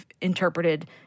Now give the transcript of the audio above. interpreted